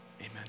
Amen